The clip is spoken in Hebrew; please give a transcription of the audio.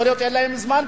יכול להיות שאין להם זמן,